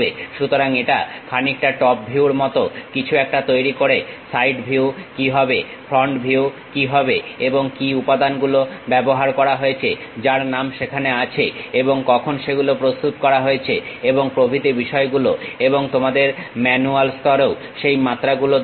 সুতরাং এটা খানিকটা টপ ভিউর মতো কিছু একটা তৈরি করে সাইড ভিউ কি হবে ফ্রন্ট ভিউ কি হবে এবং কি উপাদানগুলো ব্যবহার করা হয়েছে যার নাম সেখানে আছে এবং কখন সেগুলো প্রস্তুত করা হয়েছে এবং প্রভৃতি বিষয় গুলো এবং তোমাদের ম্যানুয়াল স্তরেও সেই মাত্রাগুলো দেবে